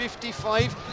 55